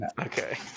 okay